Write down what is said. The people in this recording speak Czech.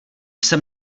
jsem